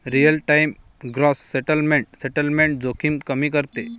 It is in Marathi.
real time gross settlement settlement जोखीम कमी करते